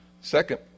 Second